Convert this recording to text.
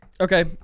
Okay